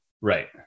Right